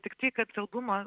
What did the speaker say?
tik tai kad albumą